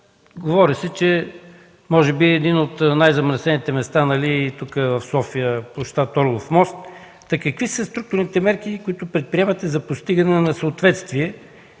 говори, че може би едно от най-замърсените места е тук, в София – пл. „Орлов мост”. Какви са структурните мерки, които предприемате за постигане на съответствие,